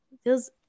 feels